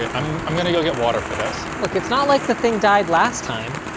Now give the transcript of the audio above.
yeah um i'm gonna go get water for this. look, it's not like the thing died last time.